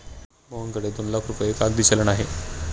मोहनकडे दोन लाख रुपये कागदी चलन आहे